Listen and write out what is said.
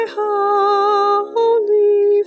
holy